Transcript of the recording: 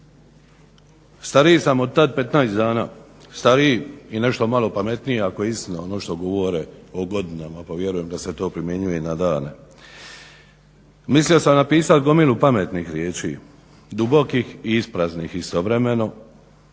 Stariji sam od tad 15 dana, stariji i nešto malo pametniji ako je istina ono što govore o godinama pa vjerujem da se to primjenjuje i na dane. Mislio sam napisati gomilu pametnih riječi, dubokih i ispraznih istovremeno